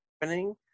happening